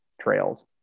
trails